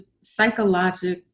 psychological